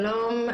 שלום.